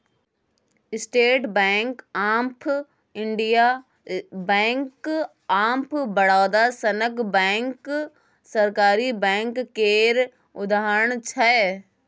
state Bank of India, Bank of Baroda सनक bank सरकारी बैंक केर उदाहरण छै